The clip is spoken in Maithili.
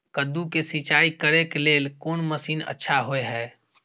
कद्दू के सिंचाई करे के लेल कोन मसीन अच्छा होय है?